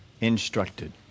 instructed